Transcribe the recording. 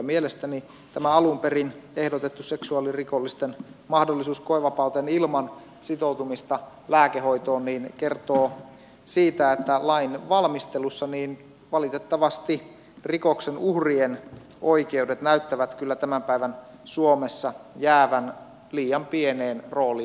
mielestäni tämä alun perin ehdotettu seksuaalirikollisten mahdollisuus koevapauteen ilman sitoutumista lääkehoitoon kertoo siitä että lain valmistelussa valitettavasti rikoksen uhrien oikeudet näyttävät kyllä tämän päivän suomessa jäävän liian pieneen rooliin